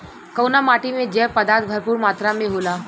कउना माटी मे जैव पदार्थ भरपूर मात्रा में होला?